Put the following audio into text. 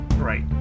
right